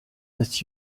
that